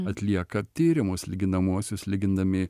atlieka tyrimus lyginamuosius lygindami